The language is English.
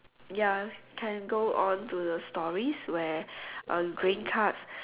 ya can go on to the stories where uh green card